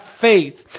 faith